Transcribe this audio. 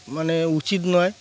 মানে উচিত নয়